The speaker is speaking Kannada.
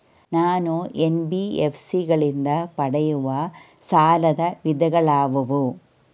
ನಾನು ಎನ್.ಬಿ.ಎಫ್.ಸಿ ಗಳಿಂದ ಪಡೆಯುವ ಸಾಲದ ವಿಧಗಳಾವುವು?